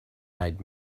eyed